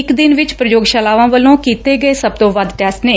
ਇੱਕ ਦਿਨ ਵਿੱਚ ਪ੍ਰਯੋਗਸ਼ਾਲਾ ਵੱਲੋ ਕੀਤੇ ਗਏ ਸਭ ਤੋਂ ਵੱਧ ਟੈਸਟ ਨੇ